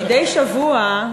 מדי שבוע,